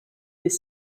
des